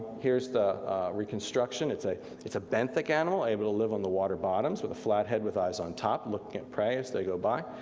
here's the reconstruction it's a it's a benthic animal, able to live on the water bottoms, with a flat head with eyes on top, looking at prey as they go by.